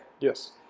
Yes